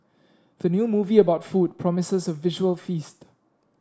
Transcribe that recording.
the new movie about food promises a visual feast